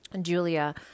Julia